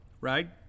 right